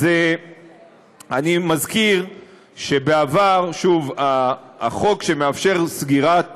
אני מזכיר שבעבר החוק שמאפשר סגירת שימוש,